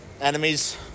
enemies